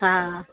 हा